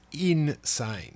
insane